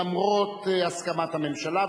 למרות הסכמת הממשלה,